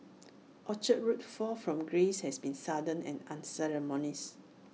Orchard Road's fall from grace has been sudden and unceremonious